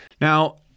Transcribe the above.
Now